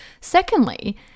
Secondly